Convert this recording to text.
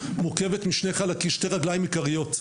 מורכבת משתי רגליים עיקריות.